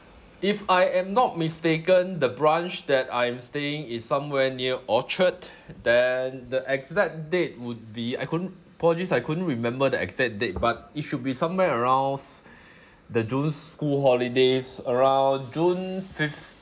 if I am not mistaken the branch that I'm staying is somewhere near orchard then the exact date would be I couldn't apologies I couldn't remember the exact date but it should be somewhere around the june school holidays around june fifth